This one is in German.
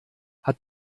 hat